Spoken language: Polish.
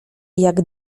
jak